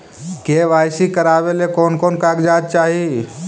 KYC करावे ले कोन कोन कागजात चाही?